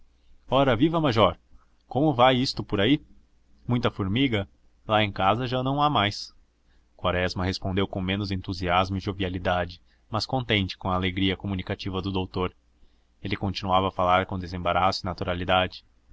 ora viva major como vai isto por aí muita formiga lá em casa já não há mais quaresma respondeu com menos entusiasmo e jovialidade mas contente com a alegria comunicativa do doutor ele continuava a falar com desembaraço e naturalidade